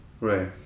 Right